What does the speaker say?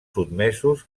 sotmesos